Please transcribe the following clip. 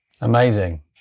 Amazing